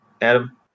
Adam